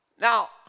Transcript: Now